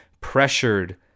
pressured